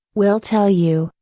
will tell you,